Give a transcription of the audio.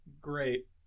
great